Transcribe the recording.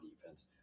defense